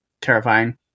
terrifying